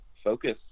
focus